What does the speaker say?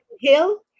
hill